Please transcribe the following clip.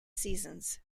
seasons